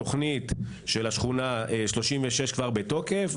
התוכנית של שכונה 36 כבר בתוקף,